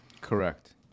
Correct